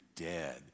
dead